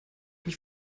mich